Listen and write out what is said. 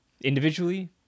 Individually